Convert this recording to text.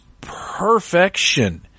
perfection